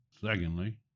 Secondly